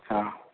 ହଁ